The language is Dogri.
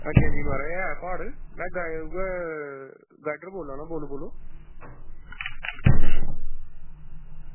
अंजी अंजी म्हाराज ऐ प्हाड़ आं में उऐ गाईडर बोल्ला ना बोल्लो बोल्लो